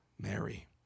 Mary